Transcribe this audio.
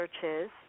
churches